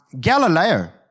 Galileo